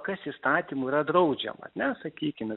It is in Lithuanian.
kas įstatymu yra draudžiama ane sakykim